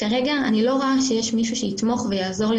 כרגע אני לא רואה שיש מישהו שיתמוך ויעזור לי